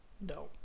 No